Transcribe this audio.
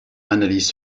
analyse